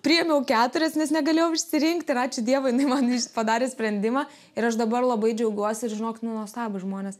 priėmiau keturias nes negalėjau išsirinkti ir ačiū dievui jinai man padarė sprendimą ir aš dabar labai džiaugiuosi ir žinokit nu nuostabūs žmonės